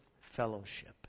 fellowship